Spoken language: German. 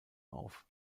auf